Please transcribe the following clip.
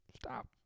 Stop